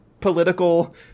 political